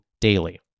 daily